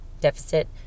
deficit